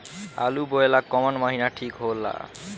आलू बोए ला कवन महीना ठीक हो ला?